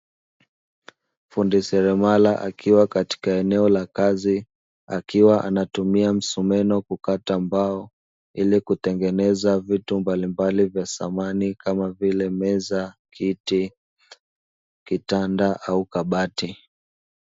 Fundi seremala akiwa katika eneo la kazi, akiwa anatumia msumeno kukata mbao, ili kutengeneza vitu mbalimbali vya samani kama vile meza, kiti, kitanda au kabati.